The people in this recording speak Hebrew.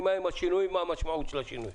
מה השינויים ומה המשמעות של השינויים.